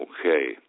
Okay